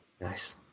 nice